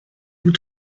vous